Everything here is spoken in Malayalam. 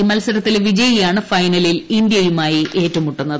ഈ മത്സരത്തിലെ വിജയിയാണ് ഫൈനലിൽ ഇന്ത്യയുമായി ഏറ്റുമുട്ടുന്നത്